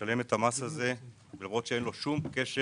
שמשלם את המס הזה למרות שאין לו שום קשר